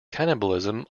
cannibalism